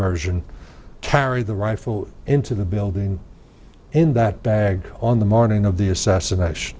version carried the rifle into the building in that bag on the morning of the assassination